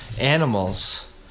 animals